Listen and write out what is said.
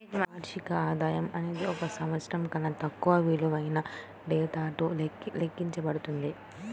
వార్షిక ఆదాయం అనేది ఒక సంవత్సరం కన్నా తక్కువ విలువైన డేటాతో లెక్కించబడుతుంది